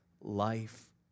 life